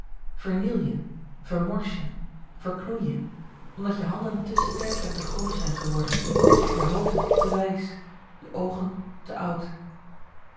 vermors je verknoei je omdat je handen te sterk en te grof zijn geworden je hoofd te wijs je oogen te oud